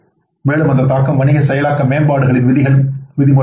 மேலும் அந்த தாக்கம் வணிக செயலாக்க மேம்பாடுகளின் விதிமுறைகள் ஆகும்